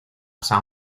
san